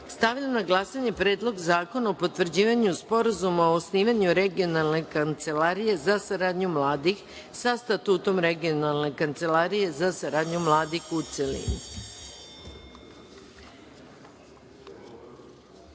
zakona. Stavljam na glasanje Predlog zakona o potvrđivanju Sporazuma o osnivanju Regionalne kancelarije za saradnju mladih, sa Statutom Regionalne kancelarije za saradnju mladih, u